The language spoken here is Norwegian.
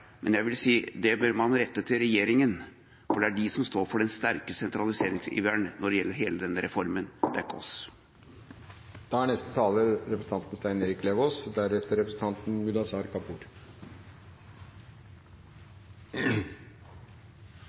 men jeg vil si: Det bør man rette til regjeringa, for det er de som står for den sterke sentraliseringsiveren når det gjelder hele denne reformen. Nå er vi ikke på femte timen lenger snart, nå er